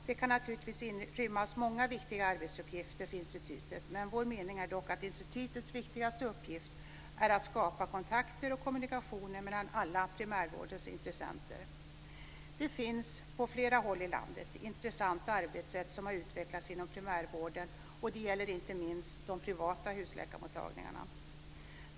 Det kan naturligtvis finnas många viktiga arbetsuppgifter för institutet, men vår mening är att institutets viktigaste uppgift är att skapa kontakter och kommunikation mellan alla primärvårdens intressenter. Det finns på flera håll i landet intressanta arbetssätt som har utvecklats inom primärvården, och det gäller inte minst de privata husläkarmottagningarna.